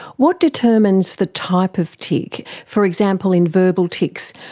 what determines the type of tic? for example, in verbal tics,